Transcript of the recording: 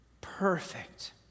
Perfect